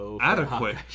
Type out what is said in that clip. adequate